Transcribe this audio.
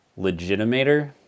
legitimator